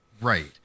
right